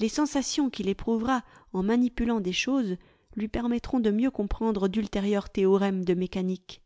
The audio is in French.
les sensations qu'il éprouvera en manipulant des choses lui permettront de mieux comprendre d'ultérieurs théorèmes de mécanique